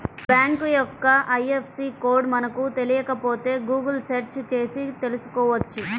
bank యొక్క IFSC code మనకు తెలియకపోతే గుగుల్ సెర్చ్ చేసి తెల్సుకోవచ్చు